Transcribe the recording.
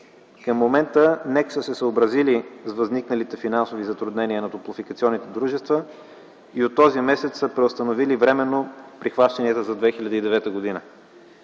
Към момента НЕК са се съобразили с възникналите финансови затруднения на топлофикационните дружества и от този месец са преустановили временно прихващанията за 2009 г.